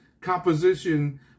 composition